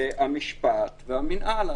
המשפט והמינהל.